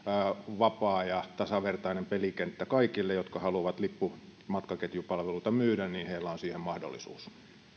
vapaa ja tasavertainen pelikenttä kaikille jotka haluavat lippumatkaketjupalveluita myydä niin että heillä on siihen mahdollisuus